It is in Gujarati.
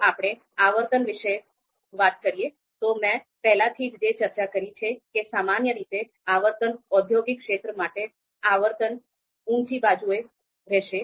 જો આપણે આવર્તન વિશે વાત કરીએ તો મેં પહેલેથી જ ચર્ચા કરી છે કે સામાન્ય રીતે આવર્તન ઔદ્યોગિક ક્ષેત્રો માટે આવર્તન ઉંચી બાજુએ રહેશે